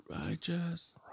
Righteous